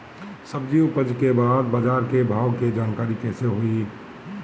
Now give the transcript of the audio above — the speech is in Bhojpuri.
सब्जी उपज के बाद बाजार के भाव के जानकारी कैसे होई?